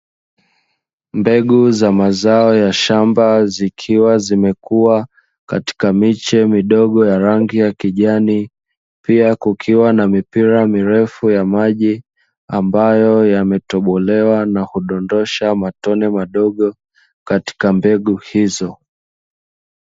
Mbegu za mazao ya shamba zikiwa zimekuwa katika miche midogo ya rangi ya kijani. Pia kukiwa na mipira mirefu ya maji, ambayo yametobolewa na kudondosha matone madogo katika mbegu hizo.